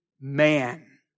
Man